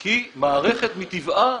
כי מערכת מטבעה